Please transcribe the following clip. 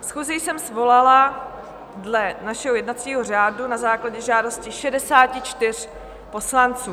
Schůzi jsem svolala dle našeho jednacího řádu na základě žádosti 64 poslanců.